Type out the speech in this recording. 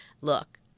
look